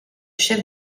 chef